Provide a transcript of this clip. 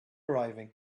arriving